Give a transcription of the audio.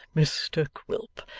mr quilp,